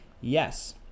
yes